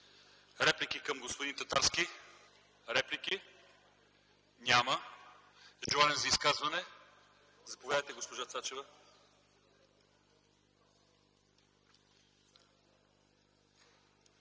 Реплики към господин Татарски? Няма. Желание за изказване? Заповядайте, госпожо Цачева.